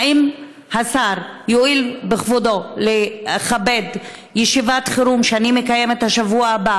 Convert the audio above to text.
האם השר יואיל לכבד ישיבת חירום שאני מקיימת בשבוע הבא